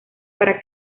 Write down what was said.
para